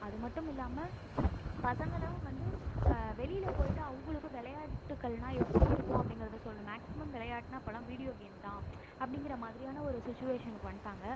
அது மட்டும் இல்லாமல் பசங்களும் வந்து வெளியில் போய்விட்டு அவங்களுக்கும் விளையாட்டுக்கள்னா எப்படி இருக்கும் அப்படிங்கிறத சொல்லணும் மேக்சிமம் விளையாட்டுனா இப்போதுலாம் வீடியோ கேம் தான் அப்படிங்கிற மாதிரியான ஒரு சுச்சுவேஷனுக்கு வந்துட்டாங்க